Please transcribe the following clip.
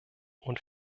und